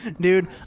dude